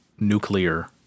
nuclear